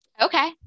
Okay